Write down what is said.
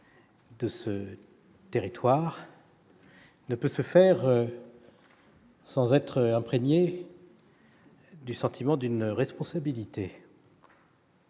de ce territoire, ne peut se faire sans être imprégné d'un sentiment de responsabilité.